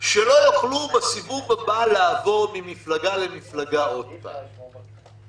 שלא יוכלו בסיבוב הבא לעבור ממפלגה למפלגה עוד פעם.